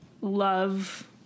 love